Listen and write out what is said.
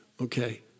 Okay